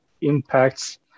impacts